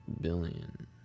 billion